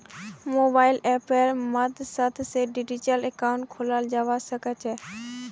mobile अप्पेर मद्साद से डिजिटल अकाउंट खोलाल जावा सकोह